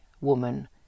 woman